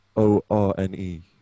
O-R-N-E